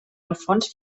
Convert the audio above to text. alfons